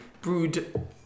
brewed